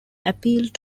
appealed